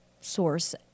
source